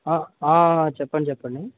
ఆ చెప్పండి చెప్పండి